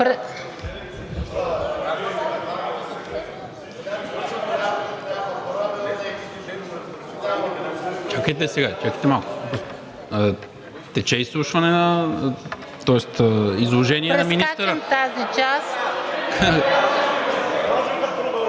Прескачам тази част…